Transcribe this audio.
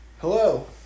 Hello